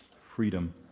freedom